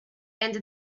and